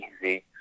easy